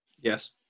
Yes